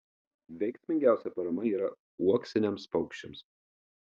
veiksmingiausia parama yra uoksiniams paukščiams